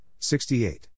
68